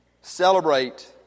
celebrate